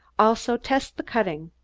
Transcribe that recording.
also test the cutting.